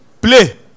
play